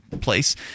Place